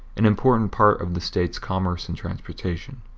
an important part of the state's commerce and transportation.